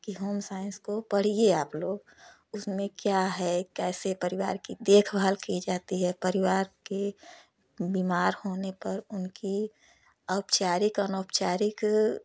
कि होमसाइंस को पढ़िए आप लोग उसमें क्या है कैसे परिवार की देखभाल की जाती है परिवार के बीमार होने पर उनकी औपचारिक अनऔपचारिक